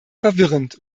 verwirrend